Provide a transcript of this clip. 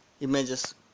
images